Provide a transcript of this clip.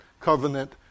covenant